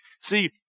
See